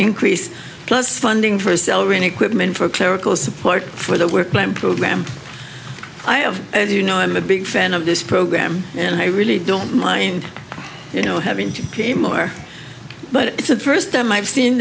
increase plus funding for selling equipment for clerical support for that were planned program i have and you know i'm a big fan of this program and i really don't mind you know having to pay more but it's the first time i've seen